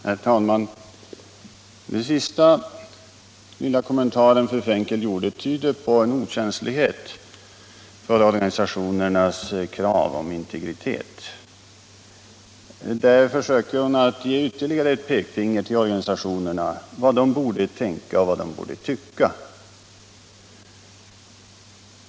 Herr talman! Den senaste lilla kommentaren från fru Frenkel tyder på okänslighet för organisationernas krav på integritet. Där försöker hon ge ytterligare ett pekfinger till organisationerna om vad de borde tänka och tycka.